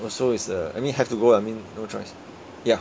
uh so it's uh I mean have to go I mean no choice ya